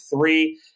three